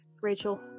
Rachel